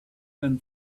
than